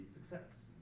success